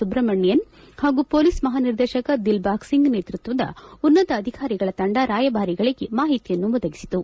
ಸುಬ್ರಮಣಿಯನ್ ಹಾಗೂ ಮೊಲೀಸ್ ಮಹಾ ನಿರ್ದೇಶಕ ದಿಲ್ಬಾಗ್ ಸಿಂಗ್ ನೇತೃತ್ವದ ಉನ್ನತ ಅಧಿಕಾರಿಗಳ ತಂಡ ರಾಯಭಾರಿಗಳಿಗೆ ಮಾಹಿತಿಯನ್ನು ಒದಗಿಸಿತು